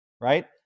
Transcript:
right